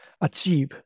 achieve